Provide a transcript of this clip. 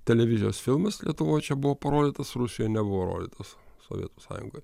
televizijos filmas lietuvoj čia buvo parodytas rusijoj nebuvo rodytas sovietų sąjungoj